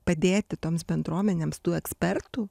padėti toms bendruomenėms tų ekspertų